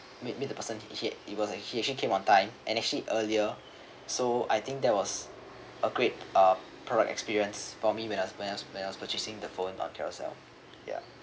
met me the person he had he was actually came on time and actually earlier so I think there was a great uh product experience for me when I was when I was purchasing the phone on Carousell ya